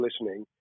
listening